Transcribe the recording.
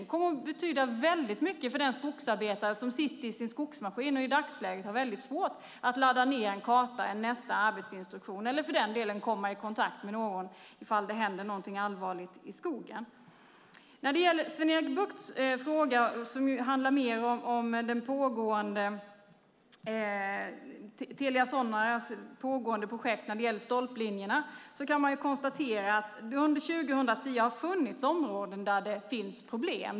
Det kommer att betyda mycket för den skogsarbetare som sitter i sin skogsmaskin och i dagsläget har mycket svårt att ladda ned en karta och nästa arbetsinstruktion eller för den delen att komma i kontakt med någon om något allvarligt händer i skogen. Sven-Erik Buchts fråga handlade mer om Telia Soneras pågående projekt när det gäller stolplinjerna. Man kan konstatera att det under 2010 har funnits områden där det har varit problem.